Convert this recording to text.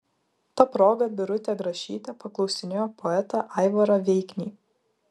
ta proga birutė grašytė paklausinėjo poetą aivarą veiknį